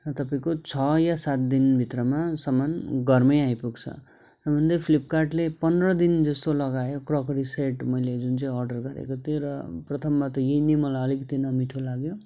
तपाईँको छ या सात दिन भित्रमा सामान घरमै आइपुग्छ हुनु त फ्लिपकार्टले पन्ध्र दिन जस्तो लगायो क्रकरी सेट मैले जुन चाहिँ अर्डर गरेको थिएँ र प्रथममा त यही नै मलाई अलिकिति नमिठो लाग्यो